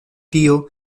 tio